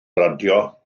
radio